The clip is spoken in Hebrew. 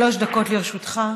שלוש דקות לרשותך.